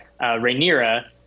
rhaenyra